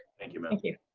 thank you. thank you.